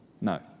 No